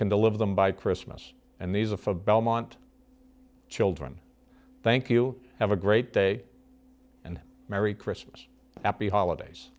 can deliver them by christmas and these are for the belmont children thank you have a great day and merry christmas happy holidays